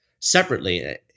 separately